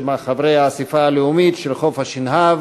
של חברי האספה הלאומית של חוף-השנהב.